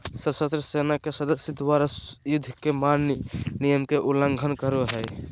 सशस्त्र सेना के सदस्य द्वारा, युद्ध के मान्य नियम के उल्लंघन करो हइ